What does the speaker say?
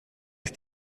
ist